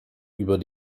über